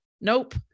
Nope